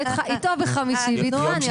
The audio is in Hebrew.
איתו בחמישי, ואיתך אני אבוא בשישי.